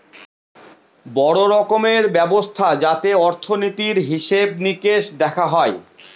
বড়ো রকমের ব্যবস্থা যাতে অর্থনীতির হিসেবে নিকেশ দেখা হয়